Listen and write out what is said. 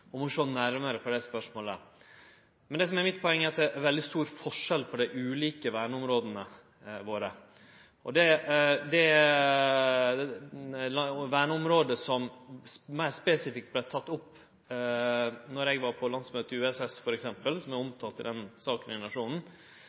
å sjå nærmare på dei spørsmåla. Men det som er mitt poeng, er at det er veldig stor forskjell på dei ulike verneområda våre. Når det gjeld verneområdet som meir spesifikt vart teke opp då eg var på landsmøtet i USS, som er omtalt i saka i